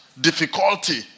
difficulty